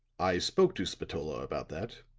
i spoke to spatola about that,